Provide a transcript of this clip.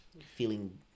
feeling